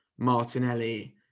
Martinelli